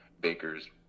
bakers